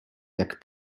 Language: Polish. jak